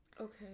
Okay